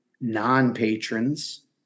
non-patrons